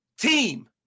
Team